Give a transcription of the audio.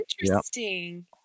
interesting